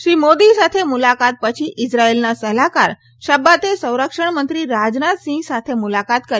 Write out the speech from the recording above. શ્રી મોદી સાથે મુલાકાત પછી ઇઝરાયેલના સલાહકાર શબ્બાતે સંરક્ષમંત્રી રાજનાથસિંહ સાથે મુલાકાત કરી